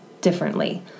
differently